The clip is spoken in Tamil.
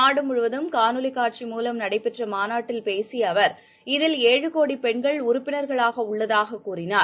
நாடுமுழுவதும் காணொளிகாட்சி மூவம் நடைபெற்றமாநாட்டில் பேசியஅவர் இதில் ஏழு கோடிபெண்கள் உறுப்பினர்களாகஉள்ளதாககூறினார்